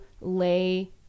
lay